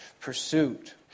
pursuit